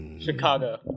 Chicago